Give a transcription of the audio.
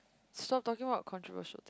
stop talking about controversial